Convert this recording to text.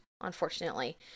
Unfortunately